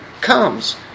comes